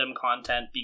content